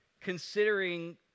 considering